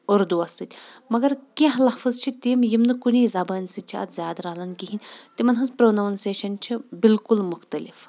اردو وس سۭتۍ مگر کینٛہہ لفظ چھِ تِم یِم نہٕ کُنی زبٲنۍ سۭتۍ چھِ اتھ زیادٕ رلان کہینۍ تِمن ہِنٛز پروننسیشن چھِ بالکُل مُختٔلِف